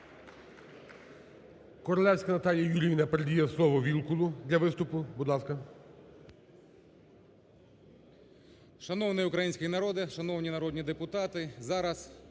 Королевська Наталія Юріївна передає слово Вілкулу для виступу. Будь ласка.